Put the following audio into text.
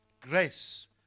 grace